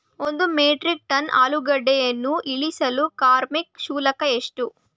ಒಂದು metric ton ಆಲೂಗೆಡ್ಡೆಯನ್ನು ಇಳಿಸಲು ಕಾರ್ಮಿಕ ಶುಲ್ಕ ಎಷ್ಟು?